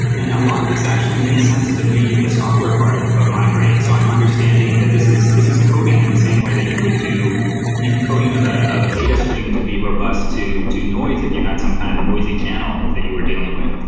and a lot of these actually makes sense to me, the software part of of my brain. so i'm understanding that this is this is coding in the same way that you would do in coding of ah of a datastream to be robust to to noise if you had some kind of noisy channel that you are dealing with.